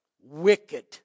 Wicked